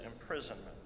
imprisonment